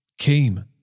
came